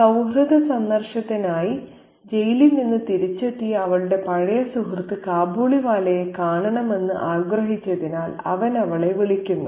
സൌഹൃദ സന്ദർശനത്തിനായി ജയിലിൽ നിന്ന് തിരിച്ചെത്തിയ അവളുടെ പഴയ സുഹൃത്ത് കാബൂളിവാലയെ കാണണമെന്ന് ആഗ്രഹിച്ചതിനാൽ അവൻ അവളെ വിളിക്കുന്നു